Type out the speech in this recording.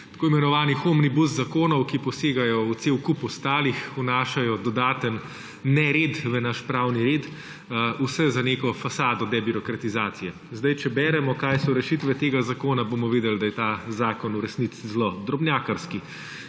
tako imenovanih omnibus zakonov, ki posegajo v cel kup ostalih, vnašajo dodaten nered v naš pravni red, vse za neko fasado debirokratizacije. Če beremo, kaj so rešitve tega zakona, bomo videli, da je ta zakon v resnici zelo drobnjakarski.